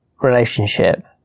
relationship